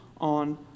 on